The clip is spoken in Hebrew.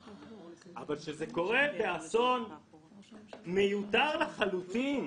אבל כשזה אסון מיותר לחלוטין,